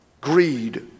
greed